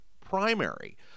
primary